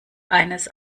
eines